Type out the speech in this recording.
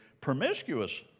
promiscuous